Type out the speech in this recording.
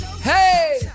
Hey